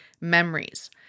memories